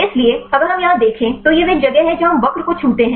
इसलिए अगर हम यहां देखें तो यह वह जगह है जहां हम वक्र को छूते हैं